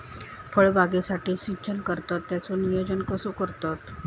फळबागेसाठी सिंचन करतत त्याचो नियोजन कसो करतत?